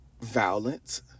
violent